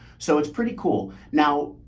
so it's pretty cool. now,